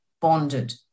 bonded